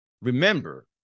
Remember